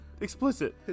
explicit